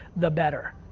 the better.